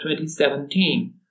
2017